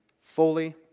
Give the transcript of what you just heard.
fully